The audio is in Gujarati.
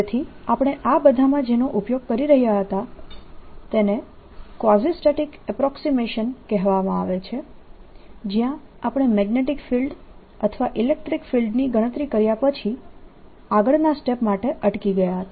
તેથી આપણે આ બધામાં જેનો ઉપયોગ કરી રહ્યાં હતાં તેને કવાઝીસ્ટેટીક અપ્રોક્સીમેશન કહેવામાં આવે છે જ્યાં આપણે મેગ્નેટીક ફિલ્ડ અથવા ઇલેક્ટ્રીક ફિલ્ડની ગણતરી કર્યા પછી આગળના સ્ટેપ માટે અટકી ગયા હતા